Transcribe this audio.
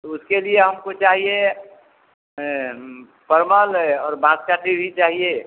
तो उसके लिए हमको चाहिए परमल और बासमती भी चाहिए